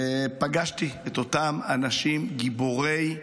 ופגשתי את אותם אנשים גיבורי ישראל.